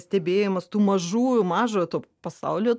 stebėjimas tų mažųjų mažojo tų pasaulių